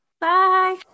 Bye